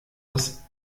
das